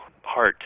heart